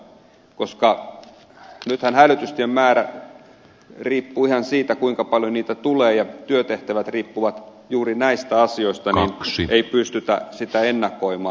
nythän hälytysten määrä riippuu ihan siitä kuinka paljon niitä tulee ja työtehtävät riippuvat juuri näistä asioista niin että niitä ei pystytä ennakoimaan